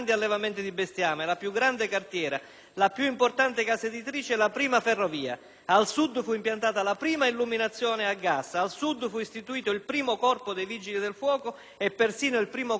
la più importante casa editrice e la prima ferrovia. Al Sud fu impiantata la prima illuminazione a gas ed istituito il primo corpo dei vigili del fuoco. Persino il primo codice marittimo fu redatto al Sud.